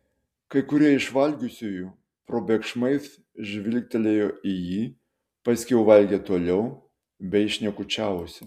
kai kurie iš valgiusiųjų probėgšmais žvilgtelėjo į jį paskiau valgė toliau bei šnekučiavosi